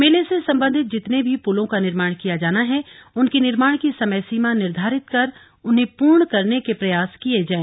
मेले से सम्बन्धित जितने भी पुलों का निर्माण किया जाना है उनके निर्माण की समय सीमा निर्धारित कर उन्हें पूर्ण करने के प्रयास किया जाए